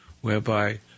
whereby